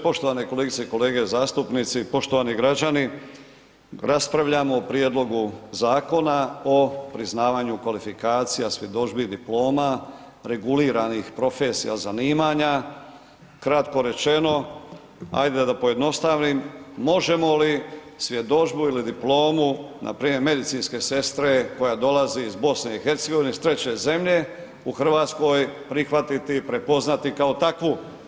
Poštovane kolegice i kolege zastupnici, poštovani građani, raspravljamo o prijedlogu Zakona o priznavanju kvalifikacija, svjedodžbi, diploma reguliranih profesija zanimanja, kratko rečeno ajde da pojednostavim, možemo li svjedodžbu ili diplomu npr. medicinske sestre koja dolazi iz BiH, iz treće zemlje u RH prihvatiti i prepoznati kao takvu?